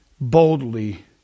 boldly